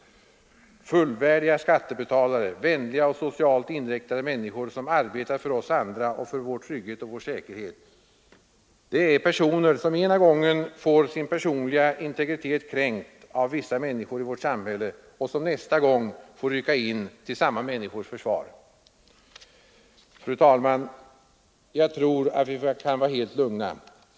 Fullvärdiga skattebetalare. Vänliga och socialt inriktade människor som arbetar för oss andra och för vår trygghet och vår säkerhet. De är personer som ena gången får sin personliga integritet kränkt av vissa människor i vårt samhälle och som nästa gång får rycka in till samma människors försvar. Fru talman! Jag tror att vi kan vara helt lugna.